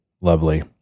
Lovely